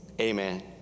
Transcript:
amen